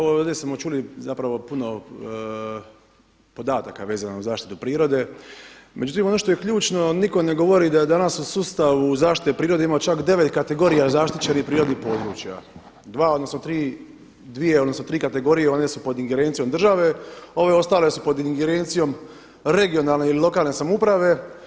Ovdje smo čuli zapravo puno podataka vezano uz zaštitu prirode, međutim ono što je ključno nitko ne govori da danas u sustavu u zaštiti prirode ima čak 9 kategorija zaštićenih prirodnih područja, dvije odnosno tri kategorije one su pod ingerencijom države, ove ostale su pod ingerencijom regionalne ili lokalne samouprave.